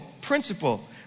principle